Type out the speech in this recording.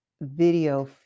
video